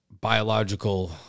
biological